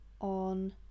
on